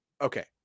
okay